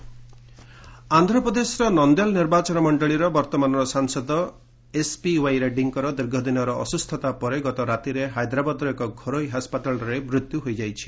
MP death ଆନ୍ଧ୍ରପ୍ରଦେଶର ନନ୍ଦ୍ୟାଲ୍ ନିର୍ବାଚନୀ ମଣ୍ଡଳୀର ବର୍ତ୍ତମାନର ସାଂସଦ ଏସପିୱାଇ ରେଡ୍ଭିଙ୍କର ଦୀର୍ଘଦିନର ଅସୁସ୍ଥତା ପରେ ଗତ ରାତିରେ ହାଇଦ୍ରାବାଦର ଏକ ଘରୋଇ ହସ୍ପିଟାଲରେ ମୃତ୍ୟୁ ହୋଇଯାଇଛି